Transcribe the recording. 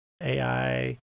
AI